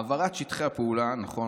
העברת שטחי הפעולה, נכון.